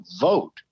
vote